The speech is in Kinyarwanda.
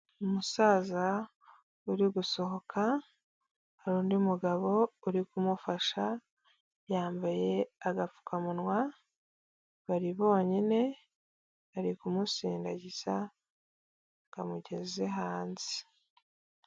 Umusaza uri gusohoka hari undi mugabo uri kumufasha yambaye agapfukamunwa, bari bonyine bari kumusindagiza bamugeze hanze.